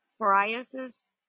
psoriasis